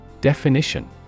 Definition